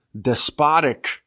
despotic